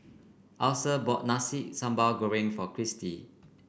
Alesha bought Nasi Sambal Goreng for Christie